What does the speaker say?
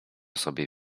sobie